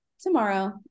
tomorrow